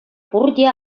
пурте